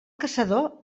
caçador